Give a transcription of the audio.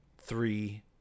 three